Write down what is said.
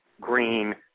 green